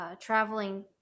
traveling